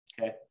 okay